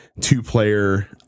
two-player